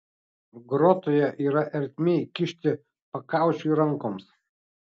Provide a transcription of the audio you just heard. grotoje yra ertmė įkišti pakaušiui rankoms